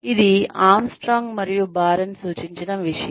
ఇది ఆర్మ్స్ట్రాంగ్ మరియు బారన్ సూచించిన విషయం